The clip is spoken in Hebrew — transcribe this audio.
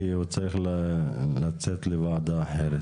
כי הוא צריך לצאת לוועדה אחרת,